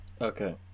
Okay